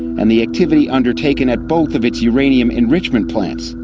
and the activity undertaken at both of its uranium enrichment plants,